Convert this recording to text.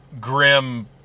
grim